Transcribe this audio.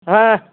হ্যাঁ